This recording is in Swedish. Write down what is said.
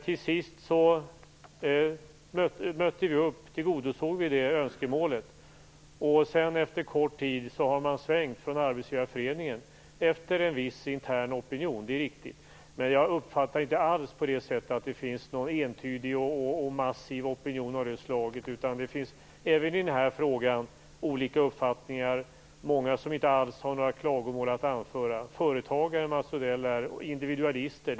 Till sist tillgodosåg vi det önskemålet. Efter kort tid har Arbetsgivareföreningen svängt, efter viss intern opinion. Det är riktigt. Men jag uppfattar inte alls att det finns en entydig och massiv opinion av det slaget, utan det finns även i den här frågan olika uppfattningar. Det är många som inte alls har några klagomål att anföra. Företagare, Mats Odell, är individualister.